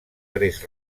gres